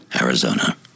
Arizona